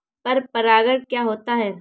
पर परागण क्या होता है?